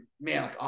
man